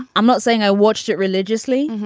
i'm not saying i watched it religiously,